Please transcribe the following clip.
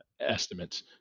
estimates